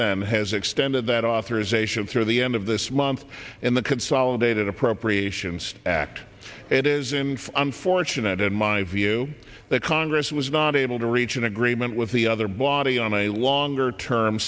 then has extended that authorization through the end of this month in the consolidated appropriations act it is in unfortunate in my view that congress was not able to reach an agreement with the other body on a longer term